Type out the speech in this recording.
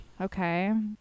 Okay